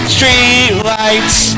Streetlights